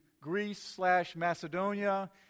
Greece-slash-Macedonia